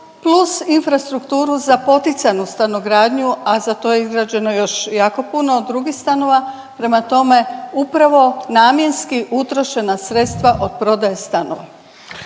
plus infrastrukturu za poticanu stanogradnju, a za to je izgrađeno još jako puno drugih stanova. Prema tome, upravo namjenski utrošena sredstva od prodaje stanova.